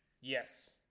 Yes